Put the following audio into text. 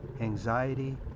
anxiety